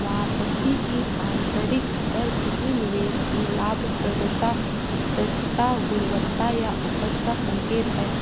वापसी की आंतरिक दर किसी निवेश की लाभप्रदता, दक्षता, गुणवत्ता या उपज का संकेत है